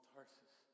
Tarsus